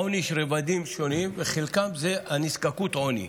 לעוני יש רבדים שונים, וחלקם זה נזקקות העוני.